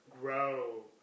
grow